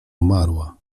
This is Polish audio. umarła